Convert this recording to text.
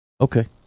Okay